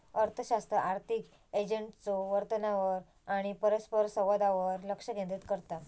अर्थशास्त्र आर्थिक एजंट्सच्यो वर्तनावर आणि परस्परसंवादावर लक्ष केंद्रित करता